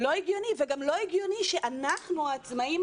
זה גם לא הגיוני שאנחנו העצמאים,